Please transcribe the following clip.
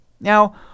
Now